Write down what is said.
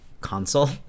console